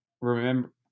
remember